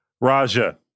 Raja